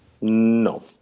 No